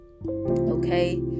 Okay